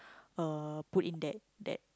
uh put in that that